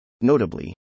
Notably